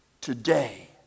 Today